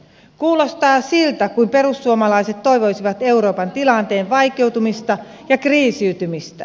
kuulostaa siltä kuin perussuomalaiset toivoisivat euroopan tilanteen vaikeutumista ja kriisiytymistä